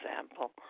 example